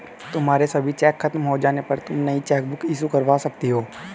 तुम्हारे सभी चेक खत्म हो जाने पर तुम नई चेकबुक इशू करवा सकती हो